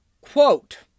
Quote